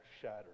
shattered